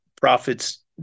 prophets